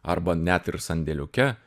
arba net ir sandėliuke